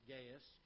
Gaius